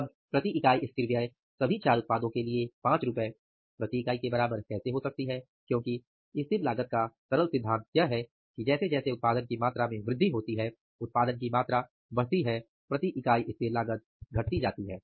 तब प्रति इकाई स्थिर व्यय सभी 4 उत्पादों के लिए 5 रुपये प्रति इकाई के बराबर कैसे हो सकती है क्योंकि स्थिर लागत का सरल सिद्धांत यह है कि जैसे जैसे उत्पादन की मात्रा बढ़ती है प्रति इकाई स्थिर लागत घटती जाती है